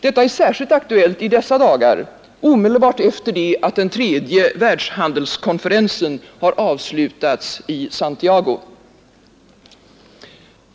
Detta är särskilt aktuellt i dessa dagar, omedelbart efter det att den tredje världshandelskonferensen har avslutats i Santiago.